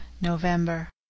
November